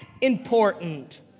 important